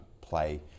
play